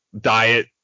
diet